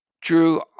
Drew